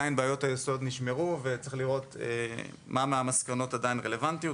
בעיות היסוד עדיין נשמרו וצריך לראות אילו מהמסקנות עדיין רלוונטיות,